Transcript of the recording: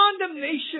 condemnation